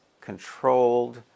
controlled